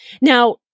Now